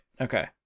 Okay